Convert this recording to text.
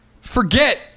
forget